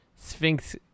Sphinx